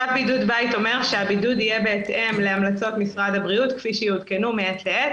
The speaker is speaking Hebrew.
מי שמשלם היום זה רק העובדים.